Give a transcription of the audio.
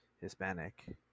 Hispanic